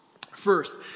First